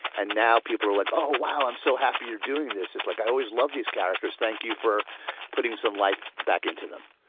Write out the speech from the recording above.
and now people are like, oh, wow, i'm so happy you're doing this, it's like, i always loved these characters. thank you for putting some life back into them.